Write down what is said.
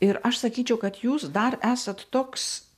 ir aš sakyčiau kad jūs dar esat toks